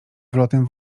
wylotem